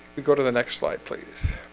we go to the next slide, please